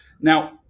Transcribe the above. Now